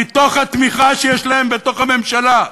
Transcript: מהתמיכה שיש להם בתוך הממשלה,